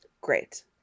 Great